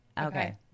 Okay